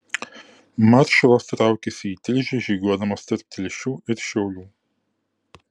maršalas traukėsi į tilžę žygiuodamas tarp telšių ir šiaulių